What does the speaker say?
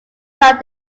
jacques